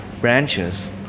branches